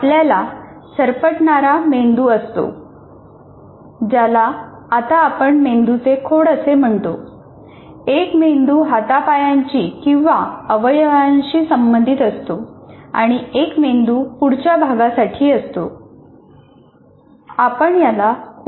आपल्याला सरपटणारा मेंदू असतो ज्याला आता आपण मेंदूचे खोड असे म्हणतो एक मेंदू हातापायांची किंवा अवयवांशी संबंधित असतो आणि एक मेंदू पुढच्या भागासाठी असतो